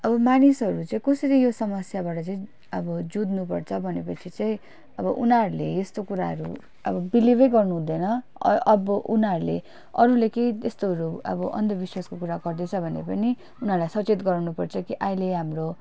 अब मानिसहरू चाहिँ कसरी यो समस्याबाट चाहिँ अब जुध्नुपर्छ भनेपछि चाहिँ अब उनीहरूले यस्तो कुराहरू अब बिलिभै गर्नुहुँदैन अब उनीहरूले अरूले केही त्यस्तोहरू अब अन्धविस्वासको कुरा गर्दैछ भने पनि उनीहरूलाई सचेत गराउनु पर्छ कि अहिले हाम्रो